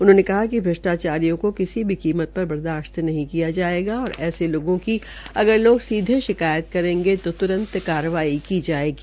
उन्होंने कहा कि भ्रषटाचारियों को किसी भी कीमत पर बर्दाशत नहीं किया जायेगा और ऐसे लोगों की अगर सीधे शिकायत करेंगे तो त्रंत कार्रवाई की जायेगी